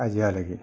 কাজিয়া লাগিল